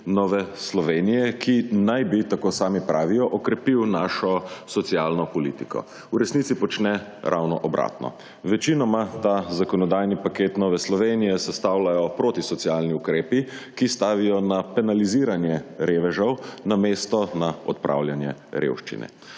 Nove Slovenije, ki naj bi, tako sami pravijo, okrepil našo socialno politiko. V resnici počne ravno obratno. Večinoma ta zakonodajni paket Nove Slovenije sestavljajo protisocialni ukrepi, ki stavijo na penaliziranje revežev, namesto na odpravljanje revščine.